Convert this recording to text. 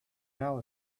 now